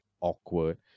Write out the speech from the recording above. awkward